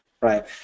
right